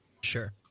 Sure